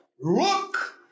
Look